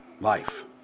life